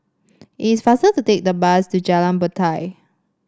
it's faster to take the bus to Jalan Batai